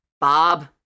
Bob